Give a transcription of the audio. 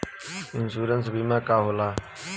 Insurance बीमा का होला?